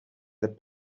that